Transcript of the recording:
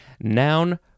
noun